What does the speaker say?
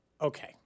Okay